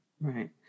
right